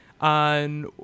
on